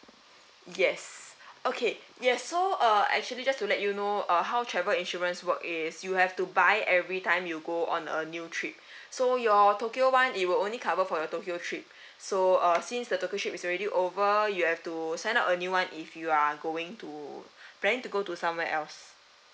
yes okay yes so uh actually just to let you know uh how travel insurance work is you have to buy everytime you go on a new trip so your tokyo one it will only cover for your tokyo trip so uh since the tokyo trip is already over you have to sign up a new one if you are going to planning to go to somewhere else